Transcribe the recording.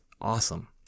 awesome